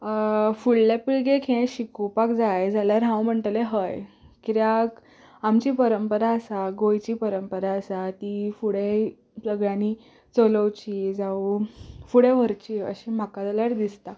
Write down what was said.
फुडले पिळगेक हे शिकोवपाक जाय जाल्यार हांव म्हणटले हय किद्याक आमची परंपरा आसा गोंयची परंपरा आसा ती फुडें सगल्यांनी चलोवची जावूं फुडें व्हरची अशें म्हाका जाल्यार दिसता